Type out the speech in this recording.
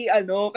ano